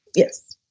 yes.